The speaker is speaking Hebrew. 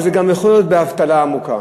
וזה יכול להיות גם באבטלה עמוקה.